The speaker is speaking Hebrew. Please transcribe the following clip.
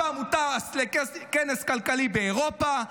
משם הוא טס לכנס כלכלי באירופה.